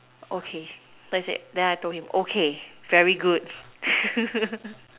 okay so you said then I told him okay very good